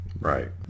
right